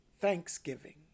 Thanksgiving